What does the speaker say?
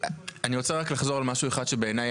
אני רוצה רק לחזור על משהו אחד שבעיני,